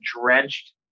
drenched